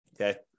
okay